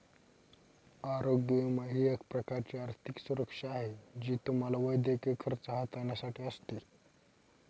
आरोग्य विमा ही एक प्रकारची आर्थिक सुरक्षा आहे जी तुम्हाला वैद्यकीय खर्च हाताळण्यासाठी असते